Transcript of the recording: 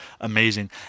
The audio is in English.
amazing